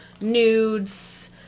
nudes